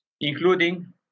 including